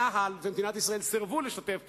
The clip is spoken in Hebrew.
צה"ל ומדינת ישראל סירבו לשתף פעולה,